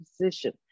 position